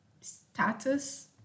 status